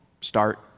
start